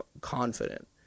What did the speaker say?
confident